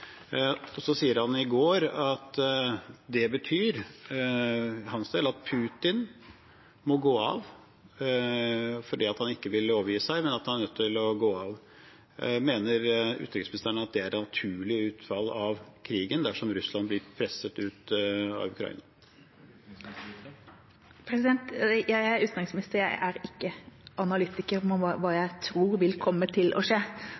Så sa han i går at det betyr, for hans del, at Putin må gå av – han vil ikke overgi seg, men han er nødt til å gå av. Mener utenriksministeren at det er et naturlig utfall av krigen dersom Russland blir presset ut av Ukraina? Jeg er utenriksminister, jeg er ikke analytiker – med hensyn til hva jeg tror vil komme til å skje.